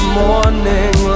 morning